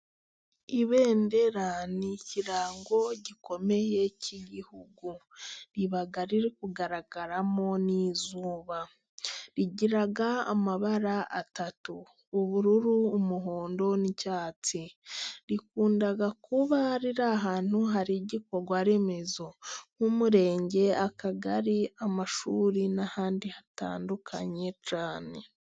Ibendera ni ikirango gikomeye cy'igihugu. Riba ririkugararamo ni'izuba. Rigira amabara atatu :ubururu, umuhondo n'icyatsi Rikunda kuba riri ahantu hari igikorwaremezo. Nk'umurenge, akagari, amashuri n'ahandi hatandukanye.